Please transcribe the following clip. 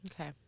Okay